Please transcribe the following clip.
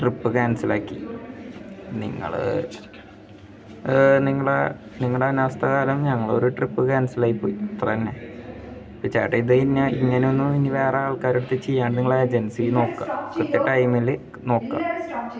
trip ക്യാൻസലാക്കി നിങ്ങൾ നിങ്ങളുടെ നിങ്ങളുടെ അനാസ്ഥ മൂലം ഞങ്ങളൊരു ട്രിപ്പ് ക്യാൻസലായിപ്പോയി അത്രതന്നെ ചേട്ടാ ഇത് ഇനി ഇങ്ങനൊന്നും വേറെ ആൾക്കാരുടെയടുത്ത് ചെയ്യാൻ നിങ്ങളുടെ ഏജൻസീ നോക്കുക കൃത്യ ടൈമിൽ നോക്കുക